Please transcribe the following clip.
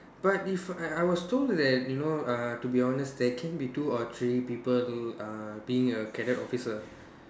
but if I I was told that you know uh to be honest there can be two or three people uh being a cadet officer